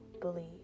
believe